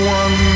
one